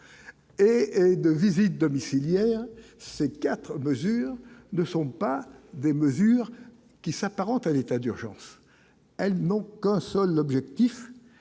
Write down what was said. et de visites domiciliaires ces 4 mesures ne sont pas des mesures qui s'apparente à l'état d'urgence, elles n'ont qu'un seul, l'objectif